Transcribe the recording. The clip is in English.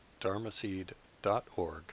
dharmaseed.org